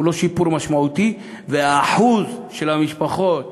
זה לא שיפור משמעותי, והשיעור של המשפחות